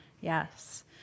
Yes